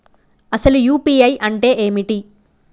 అసలు యూ.పీ.ఐ అంటే ఏమిటి?